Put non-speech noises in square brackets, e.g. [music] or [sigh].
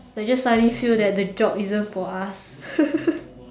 I just suddenly feel the that the job is isn't for us [laughs]